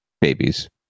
babies